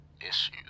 issues